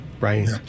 right